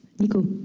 Nico